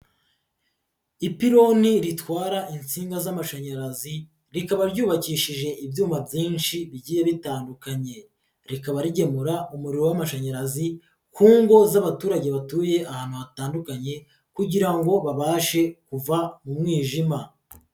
Ipironi ritwara insinga z'amashanyarazi, rikaba ryubakishije ibyuma byinshi bigiye bitandukanye, rikaba rigemura umuriro w'amashanyarazi, ku ngo z'abaturage batuye ahantu hatandukanye kugira ngo babashe kuva mu mwijima.